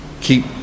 keep